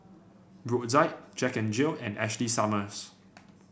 Brotzeit Jack N Jill and Ashley Summers